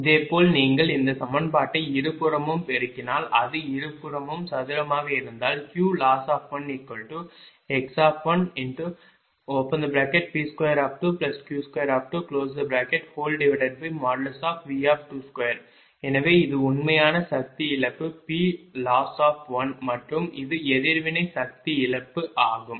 இதேபோல் நீங்கள் இந்த சமன்பாட்டை இருபுறமும் பெருக்கினால் அது இருபுறமும் சதுரமாக இருந்தால் Qloss1x1P22Q2V22 எனவே இது உண்மையான சக்தி இழப்பு Ploss1 மற்றும் இது எதிர்வினை சக்தி இழப்பு ஆகும்